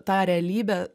tą realybę